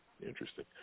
Interesting